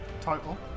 total